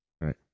right